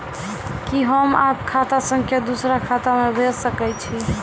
कि होम आप खाता सं दूसर खाता मे भेज सकै छी?